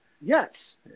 Yes